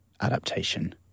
adaptation